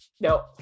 No